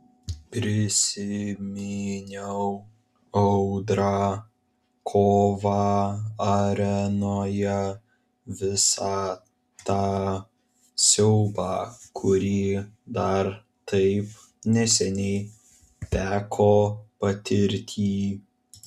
prisiminiau audrą kovą arenoje visą tą siaubą kurį dar taip neseniai teko patirti